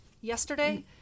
yesterday